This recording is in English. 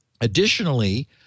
Additionally